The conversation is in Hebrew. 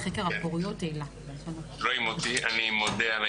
אמנם הטכנולוגיה קיימת מ-2008 אבל ברוטינה היא מופעלת רק מזה עשר שנים,